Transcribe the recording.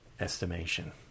estimation